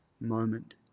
moment